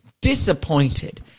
disappointed